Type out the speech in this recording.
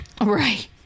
Right